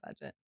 budget